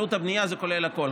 עלות הבנייה זה כולל הכול,